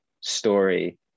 story